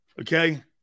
okay